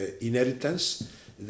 inheritance